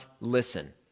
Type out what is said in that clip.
listen